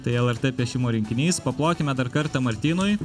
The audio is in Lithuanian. tai lrt piešimo rinkinys paplokime dar kartą martynui